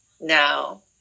now